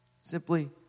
simply